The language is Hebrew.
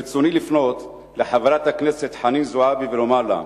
ברצוני לפנות אל חברת הכנסת חנין זועבי ולומר לה: